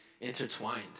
intertwined